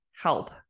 help